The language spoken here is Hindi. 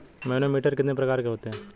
मैनोमीटर कितने प्रकार के होते हैं?